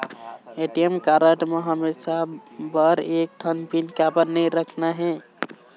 ATM card म हमेशा बर एक ठन पिन काबर नई रखना हे?